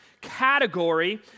category